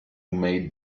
may